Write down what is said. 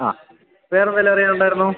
ആഹ്ഹ വേറെ വല്ലതും അറിയാനുണ്ടായിരുന്നോ